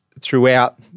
throughout